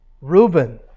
Reuben